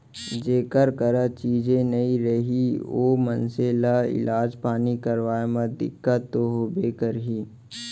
जेकर करा चीजे नइ रही ओ मनसे ल इलाज पानी करवाय म दिक्कत तो होबे करही